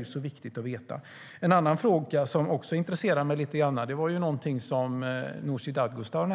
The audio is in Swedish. Det är viktigt att veta. Nooshi Dadgostar nämnde en annan fråga som intresserar